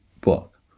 book